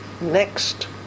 next